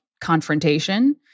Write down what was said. confrontation